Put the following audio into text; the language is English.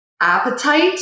appetite